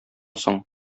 соң